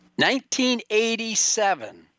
1987